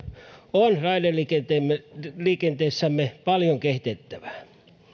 on raideliikenteessämme paljon kehitettävää